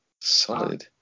Solid